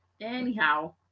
anyhow